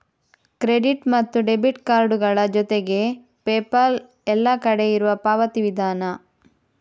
credit ಮತ್ತು debit ಕಾರ್ಡುಗಳ ಜೊತೆಗೆ ಪೇಪಾಲ್ ಎಲ್ಲ ಕಡೆ ಇರುವ ಪಾವತಿ ವಿಧಾನ